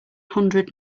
hundred